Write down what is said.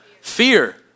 fear